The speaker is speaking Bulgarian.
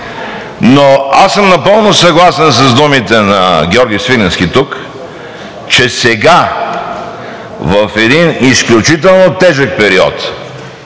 Аз съм напълно съгласен с думите на Георги Свиленски тук, че сега в един изключително тежък период,